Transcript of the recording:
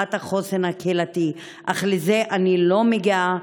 ולהעלות את החוסן הקהילתי, אך לזה אני לא מגיעה.